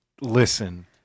Listen